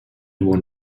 won